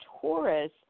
Taurus